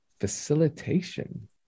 facilitation